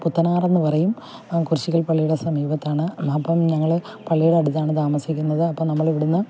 പുത്തനാർ എന്നുപറയും കുറിച്ചിക്കൽ പള്ളിയുടെ സമീപത്താണ് അപ്പം ഞങ്ങൾ പള്ളിയുടെ അടുത്താണ് താമസിക്കുന്നത് അപ്പം നമ്മളിവിടുന്ന്